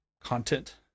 content